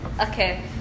Okay